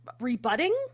rebutting